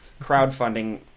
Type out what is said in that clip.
crowdfunding